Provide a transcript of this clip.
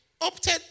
opted